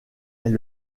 est